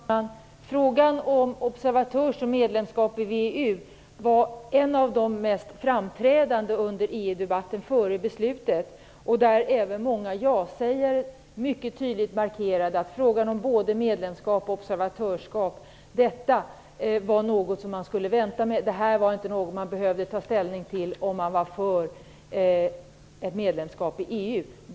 Fru talman! Frågan om obervatör och medlemskap i VEU var en av de mest framträdande under EU-debatten före beslutet. Även många jasägare markerade mycket tydligt att frågorna om både medlemskap och observatörskap var något man skulle vänta med och att detta inte var något som man behövde ta ställning till om man var för ett medlemskap i EU.